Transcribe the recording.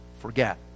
forget